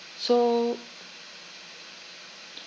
so